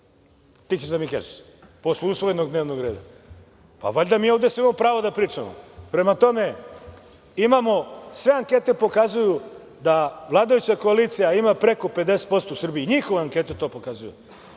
Ti ćeš da mi kažeš, posle usvojenog dnevnog reda? Pa, valjda mi ovde svi imamo pravo da pričamo. Prema tome, sve ankete pokazuju da vladajuća koalicija ima preko 50% u Srbiji, i njihove ankete to pokazuju.